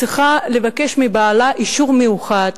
היא צריכה לבקש מבעלה אישור מיוחד,